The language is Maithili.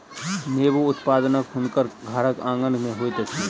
नेबो उत्पादन हुनकर घरक आँगन में होइत अछि